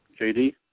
JD